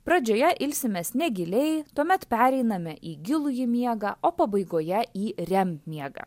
pradžioje ilsimės negiliai tuomet pereiname į gilųjį miegą o pabaigoje į rem miegą